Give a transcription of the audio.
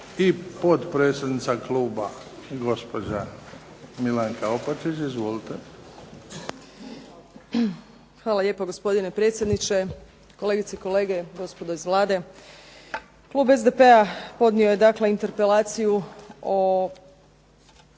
i potpredsjednica kluba, gospođa Milanka Opačić. Izvolite. **Opačić, Milanka (SDP)** Hvala lijepa gospodine predsjedniče, kolegice i kolege, gospodo iz Vlade. Klub SDP-a podnio je dakle interpelaciju o